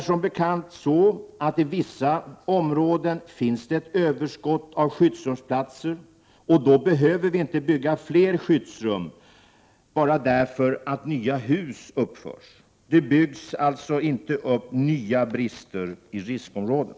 Som bekant finns det i vissa områden ett överskott av skyddsrumsplatser, och då behöver vi inte bygga fler skyddsrum bara därför att nya hus uppförs. Det byggs alltså inte upp nya brister i riskområdet.